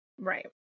Right